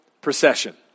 procession